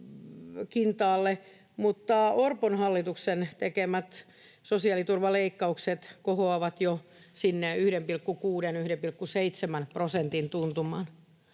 mutta Orpon hallituksen tekemät sosiaaliturvaleikkaukset kohoavat jo sinne 1,6—1,7 prosentin tuntumaan.